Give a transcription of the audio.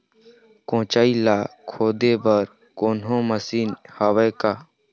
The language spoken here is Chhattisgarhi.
कोचई ला खोदे बर कोन्हो मशीन हावे का?